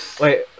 Wait